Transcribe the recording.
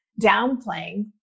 downplaying